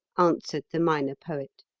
answered the minor poet.